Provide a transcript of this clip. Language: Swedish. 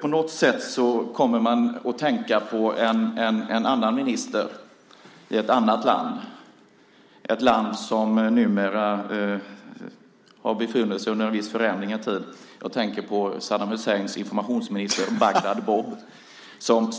På något sätt kommer jag att tänka på en annan minister i ett annat land, ett land som har befunnit sig under en viss förändring en tid. Jag tänker på Saddam Husseins informationsminister Bagdad Bob som